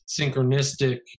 synchronistic